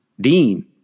Dean